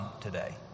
today